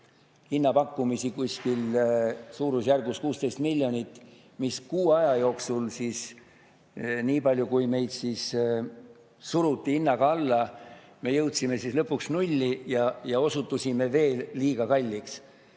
hinnapakkumisi suurusjärgus 16 miljonit, ja kuu aja jooksul, niipalju kui meid suruti hinnaga alla, me jõudsime lõpuks nulli ja osutusime veel liiga kalliks.